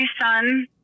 son